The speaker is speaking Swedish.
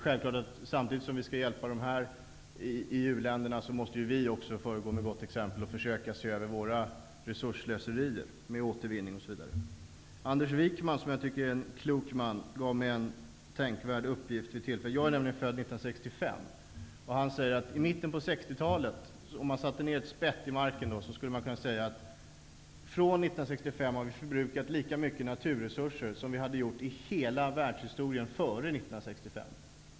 Samtigt som vi skall hjälpa dem i u-länderna måste vi också föregå med gott exempel och försöka se över våra resursslöserier och införa återvinning osv. Anders Wijkman, som jag tycker är en klok man, gav mig en tänkvärd uppgift vid ett tillfälle. Jag är född 1965, och han sade att om man -- bildigt talat -- satte ner ett spett i marken i mitten på 60-talet och räknade på vår resursförbrukning sedan dess, skulle man kunna säga att vi därifrån räknat har förbrukat lika mycket naturresurser som vi har gjort i hela världshistorien före 1965.